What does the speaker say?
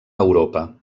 europa